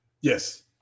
Yes